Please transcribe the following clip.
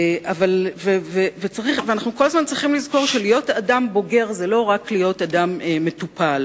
אנחנו כל הזמן צריכים לזכור שלהיות אדם בוגר זה לא רק להיות אדם מטופל,